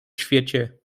świecie